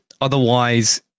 Otherwise